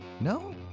No